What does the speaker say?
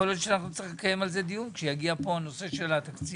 יכול להיות שאנחנו נצטרך לקיים על זה דיון כשיגיע פה הנושא של התקציב.